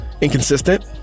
inconsistent